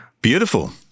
beautiful